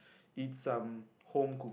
eat some homecooked